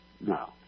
No